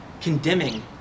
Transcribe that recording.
condemning